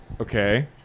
Okay